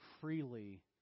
freely